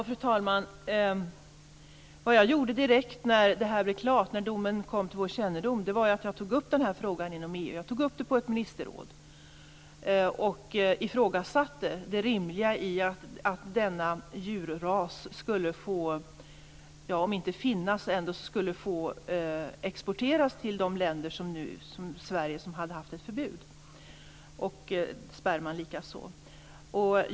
Fru talman! Vad jag gjorde direkt när det här blev klart, när domen kom till vår kännedom, var att ta upp den här frågan inom EU. Jag tog upp den på ett ministerråd. Jag ifrågasatte det rimliga i att denna djurras skulle om inte få finnas så ändå få exporteras till de länder som liksom Sverige hade haft ett förbud - och sperman likaså.